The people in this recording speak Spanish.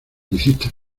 hiciste